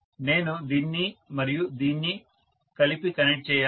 నేను దీన్ని మరియు దీన్ని కలిపి కనెక్ట్ చేయాలి